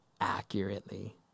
accurately